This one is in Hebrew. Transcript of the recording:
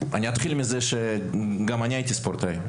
אני אתחיל מזה שגם אני הייתי ספורטאי.